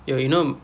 oh you know